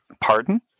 Pardon